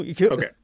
Okay